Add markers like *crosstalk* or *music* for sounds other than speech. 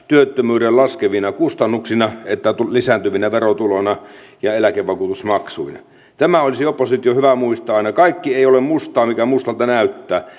työttömyyden laskevina kustannuksina että lisääntyvinä verotuloina ja eläkevakuutusmaksuina tämä olisi opposition hyvä muistaa aina kaikki ei ole mustaa mikä mustalta näyttää *unintelligible*